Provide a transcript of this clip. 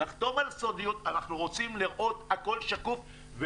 נחתום על סודיות, אנחנו רוצים לראות הכל שקוף.